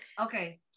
okay